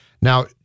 Now